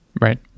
right